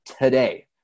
today